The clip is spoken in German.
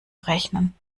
rechnen